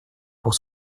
pour